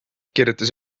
kirjutas